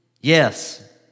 Yes